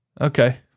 okay